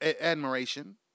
admiration